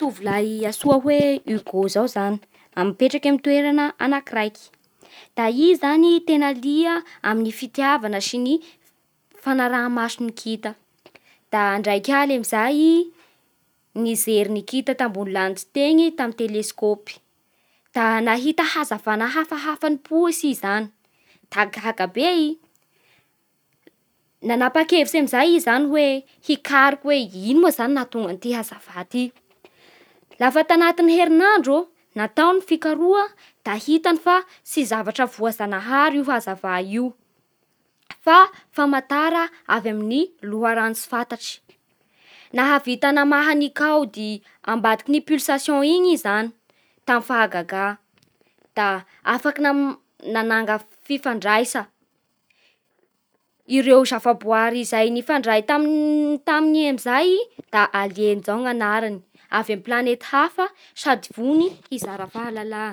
Tovolahy antsoa hoe Hugo zao zany, mipetraka main'ny toerana anakiraiky. Da i zany tena lia amin'ny fitiavana sy ny fanaraha maso ny kita. Da ndraiky haly amin'izay i nijery ny kita tambony lanitsy teny tamin'ny teleskôpy. Da nahita hàzavana hafahafa nipiotsy i zany, da gaga be i. Nanapakevitsy amin'izay moa i hikaroky hoe ino moa zany nahatonga an'ity hazavany ty. Lafa tanatin'ny herinandro natao ny fikaroha da hitany fa tsy zavatra voajanahary io hàzavà io fa famantara avy amin'ny loharano tsy fantatsy. Nahavita namaha ny kaody ambadiky ny pulsation iny i zany tamin'ny fahagaga. Da afaky nananga fifandraisa, ireo zava-boary nifandray tam-taminy amizay da alieny zao ny anarany, avy amin'ny planety hafa sady vonony hizara fahalalana.